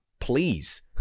please